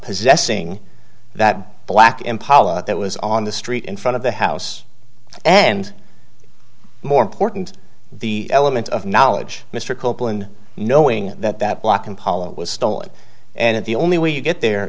possessing that black impala that was on the street in front of the house and more important the element of knowledge mr copeland knowing that that black impala was stolen and the only way you get there